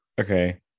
Okay